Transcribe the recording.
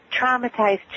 traumatized